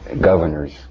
governor's